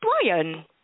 Brian